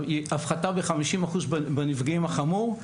הפחתה ב-50% בנפגעים החמור,